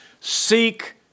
Seek